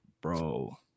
Bro